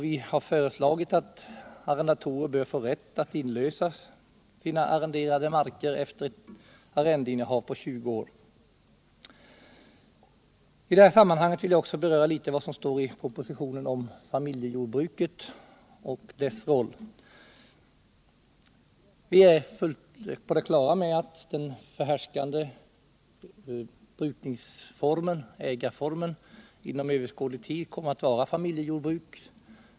Vi har föreslagit att arrendatorer skall få rätt att inlösa arrenderade marker efter ett arrendeinnehav på 20 år. I detta sammanhang vill jag beröra familjejordbruket och dess roll. Vi är fullt på det klara med att den förhärskande ägarformen och brukningsformen inom överskådlig tid kommer att vara familjejordbruk.